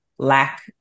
lack